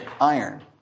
iron